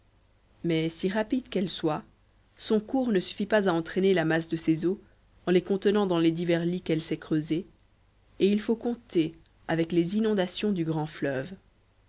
mais si rapide qu'elle soit son cours ne suffit pas à entraîner la masse de ses eaux en les contenant dans les divers lits qu'elle s'est creusés et il faut compter avec les inondations du grand fleuve